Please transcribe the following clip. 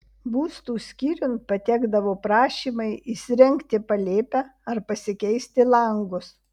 būstų skyriun patekdavo prašymai įsirengti palėpę ar pasikeisti langus